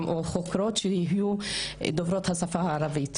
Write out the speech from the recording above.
חוקרות שהן דוברות השפה הערבית.